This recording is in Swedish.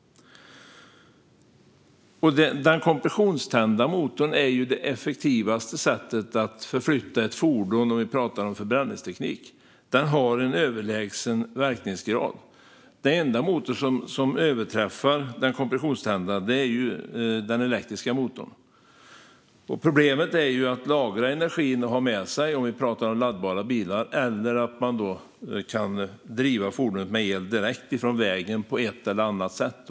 Den kompressionstända motorn är det effektivaste sättet att förflytta ett fordon när det gäller förbränningsteknik. Den har en överlägsen verkningsgrad. Den enda motor som överträffar den kompressionstända motorn är den elektriska. Problemet är att lagra energin och ha den med sig, om det är laddbara bilar vi pratar om, eller att kunna driva fordonet med el direkt från vägen på ett eller annat sätt.